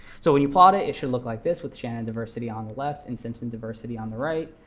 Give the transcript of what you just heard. so when you plot it, it sure looked like this, with shannon diversity on the left, and simpson diversity on the right.